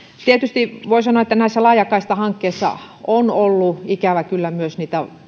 tietysti voi sanoa että näissä laajakaistahankkeissa on ollut ikävä kyllä myös